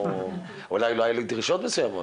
אולי לא היו לי דרישות מסוימות,